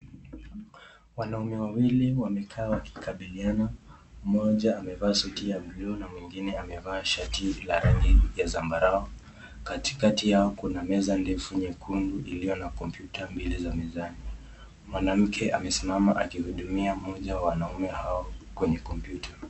Wanaume wawili wamekaa wakijadiliana moja amevaa suti ya blue na mwingine shati ya la sambarao, katikati yao kuna meza nyekundu, iliyo na kompyuta mbili za mizani, mwanamke amesimama akihudumia moja wa wanaume.